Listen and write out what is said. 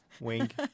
wink